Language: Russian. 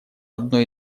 одной